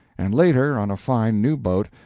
and later on a fine new boat,